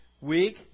week